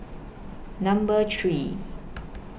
Number three